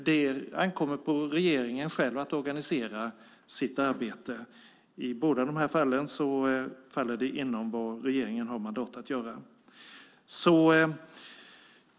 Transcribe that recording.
Det ankommer på regeringen själv att organisera sitt arbete. I båda de här fallen faller det inom vad regeringen har mandat att göra.